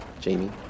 Jamie